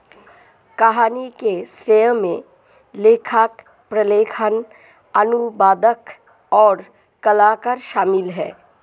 कहानी के श्रेय में लेखक, प्रलेखन, अनुवादक, और कलाकार शामिल हैं